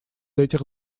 этих